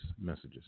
messages